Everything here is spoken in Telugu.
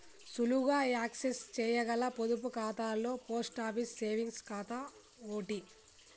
సులువుగా యాక్సెస్ చేయగల పొదుపు ఖాతాలలో పోస్ట్ ఆఫీస్ సేవింగ్స్ ఖాతా ఓటి